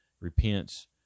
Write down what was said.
repents